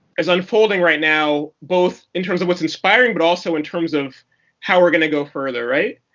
as unfolding right now? both in terms of what's inspiring, but also in terms of how we're gonna go further. right?